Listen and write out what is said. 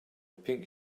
pink